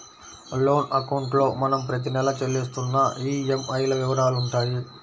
loan అకౌంట్లో మనం ప్రతి నెలా చెల్లిస్తున్న ఈఎంఐల వివరాలుంటాయి